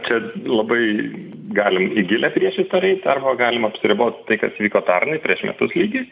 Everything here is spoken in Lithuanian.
čia labai galim į gilią priešistorę eit arba galim apsiribot tai kas įvyko pernai prieš metus lygiai